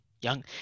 young